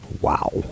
Wow